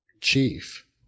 Chief